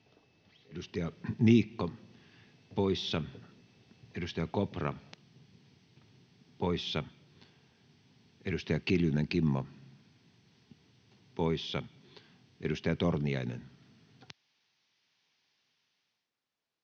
Edustaja Niikko poissa, edustaja Kopra poissa, edustaja Kiljunen Kimmo poissa. — Edustaja Torniainen.